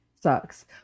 sucks